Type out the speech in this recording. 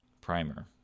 Primer